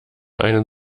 einen